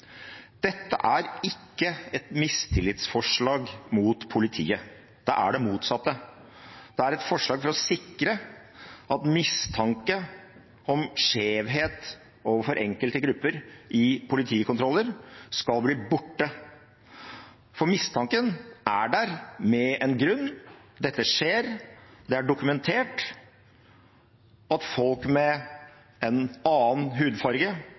Dette er ikke et mistillitsforslag mot politiet. Det er det motsatte. Det er et forslag for å sikre at mistanke om skjevhet overfor enkelte grupper i politikontroller skal bli borte, for mistanken er der av en grunn: Dette skjer. Det er dokumentert at folk med en annen hudfarge,